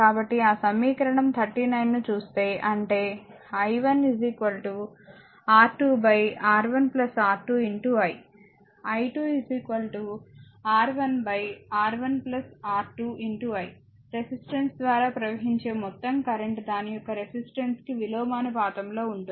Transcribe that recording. కాబట్టి ఆ సమీకరణం 39 ను చూస్తే అంటే i1 R2 R1 R2 i i2 R1 R1 R2 i resistors ద్వారా ప్రవహించే మొత్తం కరెంట్ దాని యొక్క రెసిస్టెన్స్స్ కి విలోమానుపాతంలో ఉంటుంది